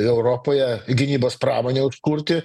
europoje gynybos pramonę užkurti